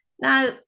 Now